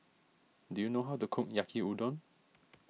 do you know how to cook Yaki Udon